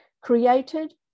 created